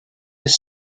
his